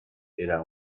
era